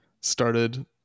started